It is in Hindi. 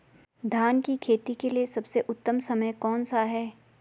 धान की खेती के लिए सबसे उत्तम समय कौनसा है?